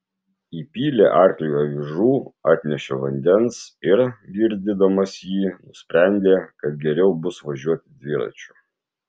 įpylė arkliui avižų atnešė vandens ir girdydamas jį nusprendė kad geriau bus važiuoti dviračiu